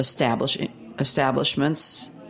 establishments